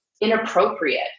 inappropriate